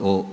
o